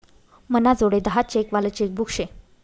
मनाजोडे दहा चेक वालं चेकबुक शे